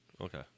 Okay